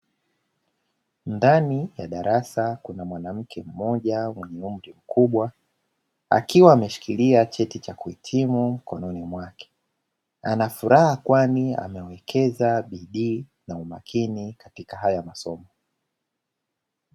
Ndani ya darasa kuna mwanamke mmoja mwenye umri mkubwa, akiwa ameshikilia cheti cha kuhitimu mkononi mwake. Anafuraha, kwani amewekeza bidii na umakini katika haya masomo.